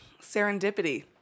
Serendipity